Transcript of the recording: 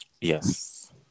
Yes